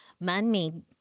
man-made